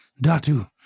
Datu